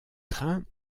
train